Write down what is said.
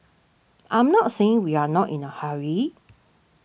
I'm not saying we are not in a hurry